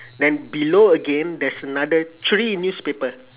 then below again there's another three newspaper